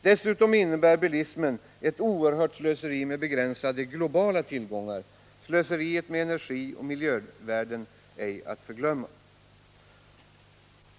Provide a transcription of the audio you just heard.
Dessutom innebär bilismen ett oerhört slöseri med begränsade globala tillgångar — slöseriet med energioch miljövärden ej att förglömma.